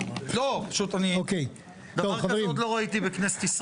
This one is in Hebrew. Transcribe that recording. לא, פשוט אני, דבר כזה עוד לא ראיתי בכנסת ישראל.